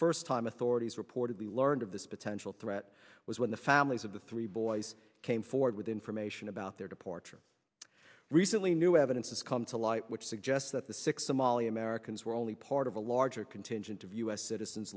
first time authorities reportedly learned of this potential threat was when the families of the three boys came forward with information about their departure recently new evidence has come to light which suggests that the six somali americans were only part of a larger contingent of u s citizens